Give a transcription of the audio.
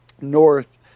North